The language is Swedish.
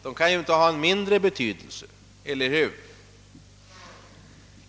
Dessa kan ju inte vara av mindre betydelse, eller hur?